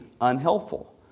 unhelpful